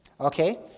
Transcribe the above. Okay